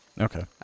Okay